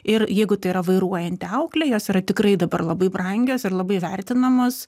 ir jeigu tai yra vairuojanti auklė jos yra tikrai dabar labai brangios ir labai vertinamos